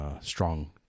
strong